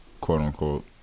quote-unquote